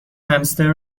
همستر